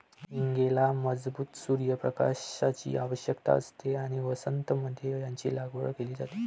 हींगेला मजबूत सूर्य प्रकाशाची आवश्यकता असते आणि वसंत मध्ये याची लागवड केली जाते